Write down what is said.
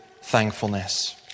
thankfulness